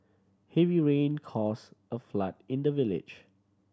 heavy rain cause a flood in the village